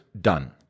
done